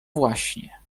właśnie